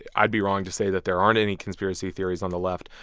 i'd be wrong to say that there aren't any conspiracy theories on the left.